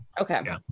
Okay